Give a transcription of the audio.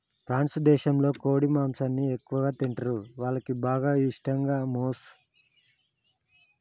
France దేశంలో కోడి మాంసాన్ని ఎక్కువగా తింటరు, వాళ్లకి బాగా ఇష్టం గామోసు